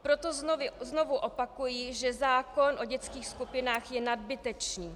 Proto znovu opakuji, že zákon o dětských skupinách je nadbytečný.